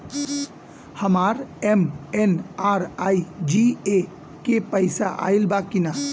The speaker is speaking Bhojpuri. हमार एम.एन.आर.ई.जी.ए के पैसा आइल बा कि ना?